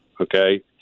Okay